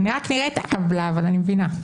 אני רק נראית אהבלה, אבל אני מבינה.